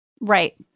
Right